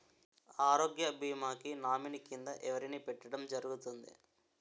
ఆరోగ్య భీమా కి నామినీ కిందా ఎవరిని పెట్టడం జరుగతుంది?